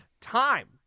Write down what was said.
time